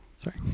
Sorry